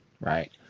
right